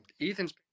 Ethan's